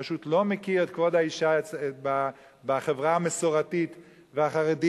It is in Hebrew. פשוט לא מכיר את כבוד האשה בחברה המסורתית והחרדית,